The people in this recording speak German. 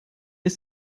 ist